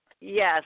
Yes